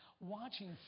watching